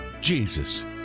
Jesus